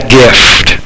gift